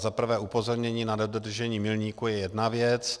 Za prvé upozornění na nedodržení milníků je jedna věc.